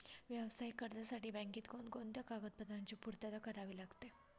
व्यावसायिक कर्जासाठी बँकेत कोणकोणत्या कागदपत्रांची पूर्तता करावी लागते?